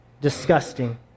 Disgusting